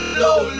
low